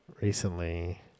recently